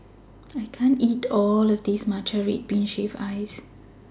I can't eat All of This Matcha Red Bean Shaved Ice